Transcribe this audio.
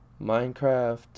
Minecraft